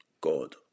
God